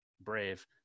brave